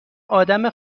آدم